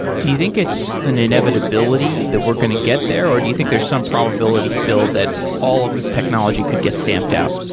do you think it's an inevitability that we're going to get there or do you think there's some probability still that all of these technology could get stamped out?